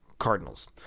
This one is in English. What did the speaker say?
Cardinals